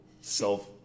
self